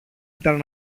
ήταν